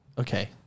Okay